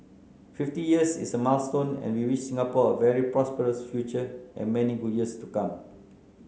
fifty years is a milestone and we wish Singapore a very prosperous future and many good years to come